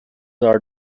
are